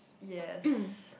yes